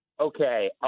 Okay